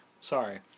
sorry